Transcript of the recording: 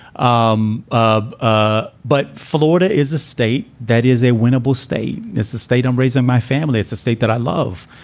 um um but florida is a state that is a winnable state. it's a state i'm raising my family. it's a state that i love.